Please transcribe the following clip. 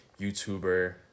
YouTuber